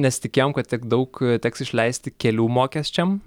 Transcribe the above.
nesitikėjom kad tiek daug teks išleisti kelių mokesčiam